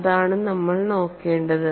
അതാണ് നമ്മൾ നോക്കേണ്ടത്